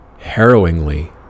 harrowingly